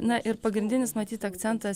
na ir pagrindinis matyt akcentas